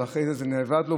אבל אחרי זה זה נאבד לו.